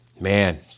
Man